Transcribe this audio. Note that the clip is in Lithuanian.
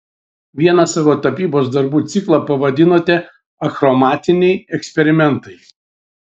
vieną savo tapybos darbų ciklą pavadinote achromatiniai eksperimentai